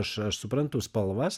aš aš suprantu spalvas